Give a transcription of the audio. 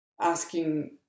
asking